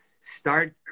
start